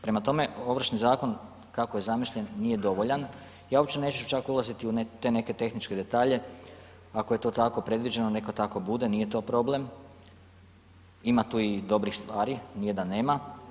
Prema tome, Ovršni zakon kako je zamišljen, nije dovoljan, ja uopće neću čak ulaziti u te neke tehničke detalje, ako je to tako predviđeno, neka tako bude, nije to problem, ima tu i dobrih stvari, nije da nema.